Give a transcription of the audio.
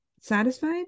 satisfied